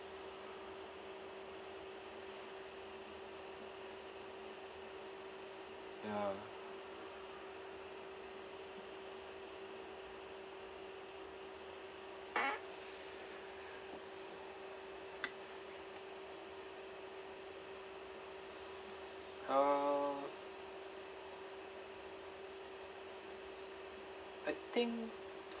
ya uh I think